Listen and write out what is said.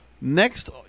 Next